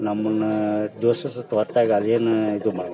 ನಮ್ಮನ್ನು ದ್ವೇಷಿಸುತ್ತೆ ಹೊರ್ತಾಗ್ ಅದೇನು ಇದು ಮಾಡೊದಿಲ್ಲ